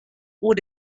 oer